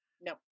No